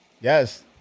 yes